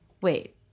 wait